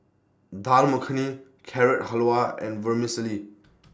Dal Makhani Carrot Halwa and Vermicelli